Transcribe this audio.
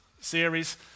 series